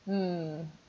mm